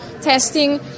testing